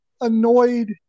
annoyed